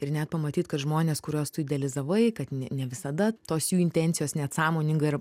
ir net pamatyt kad žmonės kuriuos tu idealizavai kad ne ne visada tos jų intencijos net sąmoningai ir